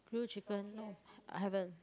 grill chicken no I haven't